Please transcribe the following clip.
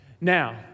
Now